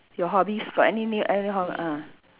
your hobbies got any new any ho~ ah